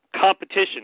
competition